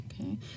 Okay